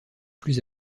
plus